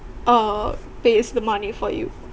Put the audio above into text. uh pays the money for you